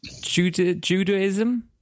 Judaism